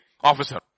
Officer